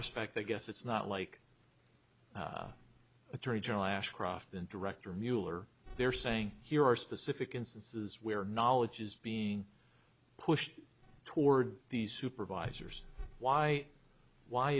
respect i guess it's not like the attorney general ashcroft and director mueller they're saying here are specific instances where knowledge is being pushed toward these supervisors why why